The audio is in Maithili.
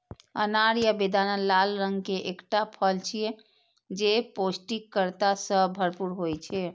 अनार या बेदाना लाल रंग के एकटा फल छियै, जे पौष्टिकता सं भरपूर होइ छै